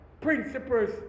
principles